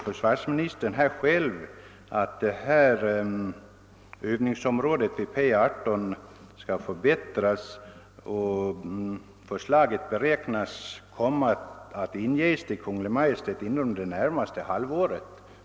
Försvarsministern sade själv att P 18:s övningsområde skall förbättras och att förslag beräknas bli ingivet till Kungl. Maj:t inom det närmaste halvåret.